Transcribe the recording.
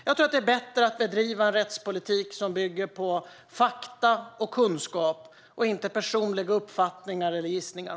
Jag tror att det är bättre att bedriva en rättspolitik som bygger på fakta och kunskap i stället för personliga uppfattningar och gissningar.